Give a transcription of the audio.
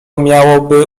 miałoby